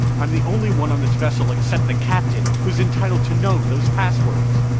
i'm the only one on this vessel except the captain who's entitled to know those passwords!